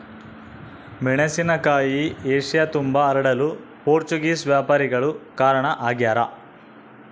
ಮೆಣಸಿನಕಾಯಿ ಏಷ್ಯತುಂಬಾ ಹರಡಲು ಪೋರ್ಚುಗೀಸ್ ವ್ಯಾಪಾರಿಗಳು ಕಾರಣ ಆಗ್ಯಾರ